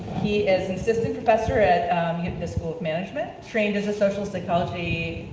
he is an assistant professor at the school of management, trained as a social psychology,